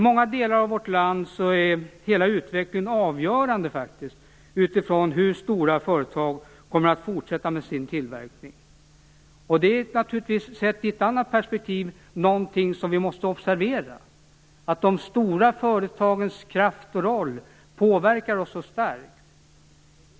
I många delar av vårt land avgörs hela utvecklingen utifrån hur stora företag kommer att fortsätta med sin tillverkning. Sett ur ett annat perspektiv är det naturligtvis någonting som vi måste observera. De stora företagens kraft och roll påverkar oss mycket starkt.